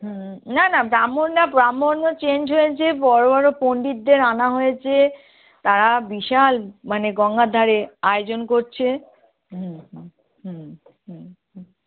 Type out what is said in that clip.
হুম না না ব্রাহ্মণরা ব্রাহ্মণরা চেঞ্জ হয়েছে বড়ো বড়ো পণ্ডিতদের আনা হয়েছে তারা বিশাল মানে গঙ্গার ধারে আয়োজন করছে হুম হুম হুম